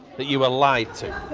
that you were lied to?